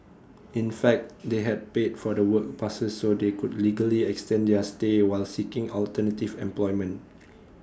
in fact they had paid for the work passes so they could legally extend their stay while seeking alternative employment